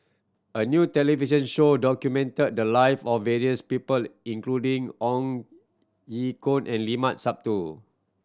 a new television show documented the live of various people including Ong Ye Kung and Limat Sabtu